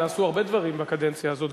נעשו הרבה דברים בקדנציה הזאת,